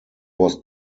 was